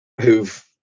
who've